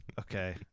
Okay